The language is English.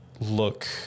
look